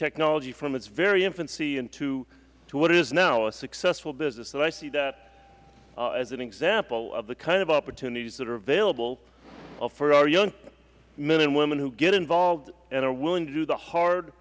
technology from its very infancy into what it is now a successful business so i see that as an example of the kind of opportunities that are available for our young men and women who get involved and are willing to do the hard